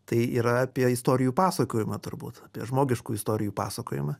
tai yra apie istorijų pasakojimą turbūt apie žmogiškų istorijų pasakojimą